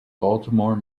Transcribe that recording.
baltimore